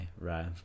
right